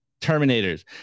terminators